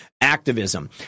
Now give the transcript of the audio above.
activism